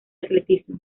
atletismo